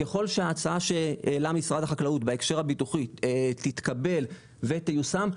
ככל שההצעה שהעלה משרד החקלאות בהקשר הביטוחי תתקבל ותיושם,